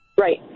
right